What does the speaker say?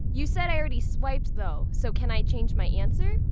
you said i already swiped, though! so can i change my answer?